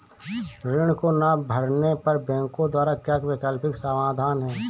ऋण को ना भरने पर बैंकों द्वारा क्या वैकल्पिक समाधान हैं?